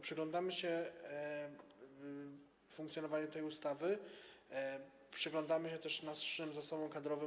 Przyglądamy się funkcjonowaniu tej ustawy, przyglądamy się też naszym zasobom kadrowym.